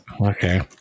Okay